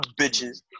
bitches